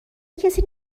کسی